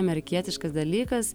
amerikietiškas dalykas